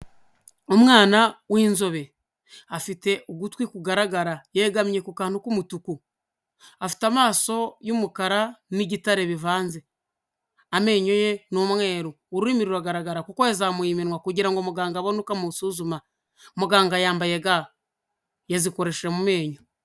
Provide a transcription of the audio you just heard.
Umwana w'inzobe, afite ugutwi kugaragara yegamye ku kantu k'umutuku, afite amaso y'umukara n'igitare bivanze, amenyo ye n'umweru, ururimi ruragaragara kuko yazamuye iminwa kugira ngo muganga abone uko amusuzuma, muganga yambaye ga, yazikoresheje mu menyo.